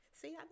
See